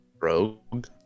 Rogue